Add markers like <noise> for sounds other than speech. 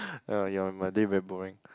<breath> yeah yawn my day very boring